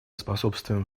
способствуем